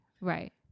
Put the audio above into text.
Right